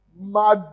mad